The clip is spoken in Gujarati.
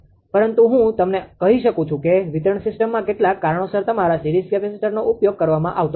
પરંતુ હું તમને કહી શકું છુ કે વિતરણ સીસ્ટમમાં કેટલાક કારણોસર તમારા સીરીઝ કેપેસિટર્સનો ઉપયોગ કરવામાં આવતો નથી